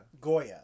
Goya